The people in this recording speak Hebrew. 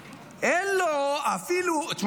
אין לו אפילו -- ואני הייתי בבית.